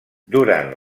durant